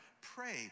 pray